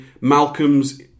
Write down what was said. Malcolm's